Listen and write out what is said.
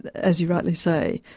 as you rightly say,